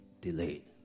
delayed